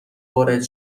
وارد